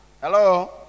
Hello